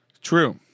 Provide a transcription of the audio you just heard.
true